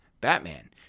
Batman